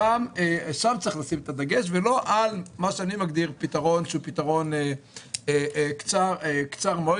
שם צריך לשים את הדגש ולא על מה שאני מגדיר פתרון שהוא פתרון קצר מועד.